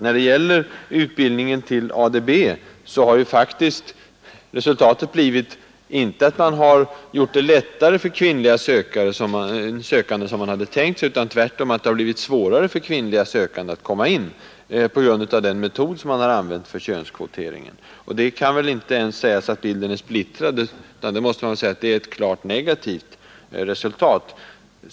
I fråga om ADB-utbildningen har resultatet faktiskt blivit inte att man har gjort det lättare för kvinnliga sökande, som man hade tänkt sig, utan tvärtom att det har blivit svårare för kvinnliga sökande att komma in på grund av den metod som man har använt för könskvoteringen. Då räcker det inte att säga att bilden är splittrad. Nej, det är ett klart negativt resultat.